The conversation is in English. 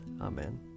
Amen